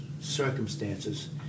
circumstances